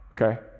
okay